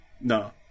No